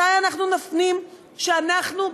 מתי אנחנו נפנים שאנחנו,